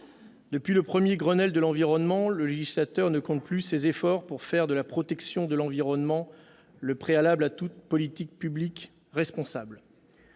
Depuis le premier Grenelle de l'environnement, le législateur ne compte plus ses efforts pour faire de la protection de l'environnement le préalable à toute politique publique responsable.